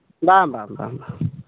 ᱵᱟᱝ ᱵᱟᱝ ᱵᱟᱝ